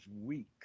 weak